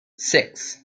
six